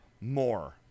more